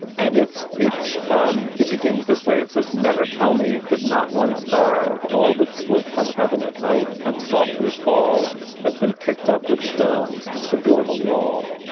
and it's it's um it begins this way it says, never tell me that not one star of all that slip from heaven at night and softly fall has been picked up with stones to build a wall.